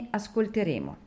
ascolteremo